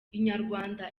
inyarwanda